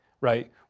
right